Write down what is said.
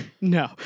No